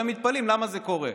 ועכשיו הם מתפלאים למה זה קורה.